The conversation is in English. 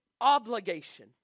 obligation